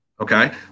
Okay